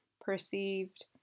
perceived